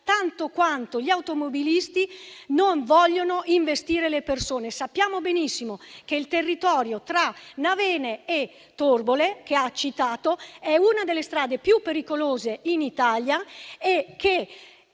tanto quanto gli automobilisti non vogliono investire le persone. Sappiamo benissimo che quella nel territorio tra Navene e Torbole, che ha citato, è una delle strade più pericolose d'Italia e che,